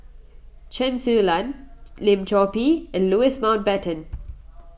Chen Su Lan Lim Chor Pee and Louis Mountbatten